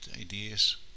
ideas